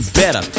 better